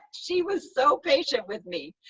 she was so patient with me.